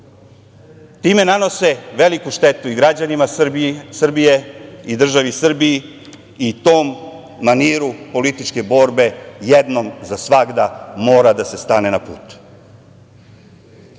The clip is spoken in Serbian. nanose veliku štetu i građanima Srbije i državi Srbiji i tom maniru političke borbe, jednom za svagda mora da se stane na